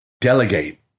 delegate